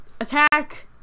attack